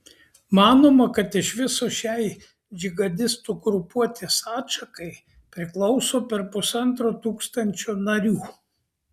manoma kad iš viso šiai džihadistų grupuotės atšakai priklauso per pusantro tūkstančio narių